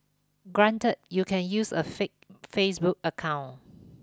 granted you can use a fake Facebook account